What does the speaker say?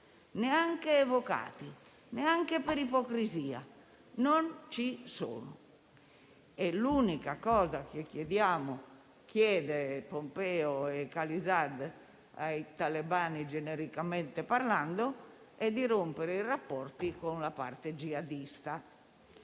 neanche evocati, neanche per ipocrisia. Non ci sono. L'unica cosa che Pompeo e Khalilzad chiedono ai talebani, genericamente parlando, è di rompere i rapporti con la parte jihadista.